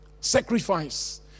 sacrifice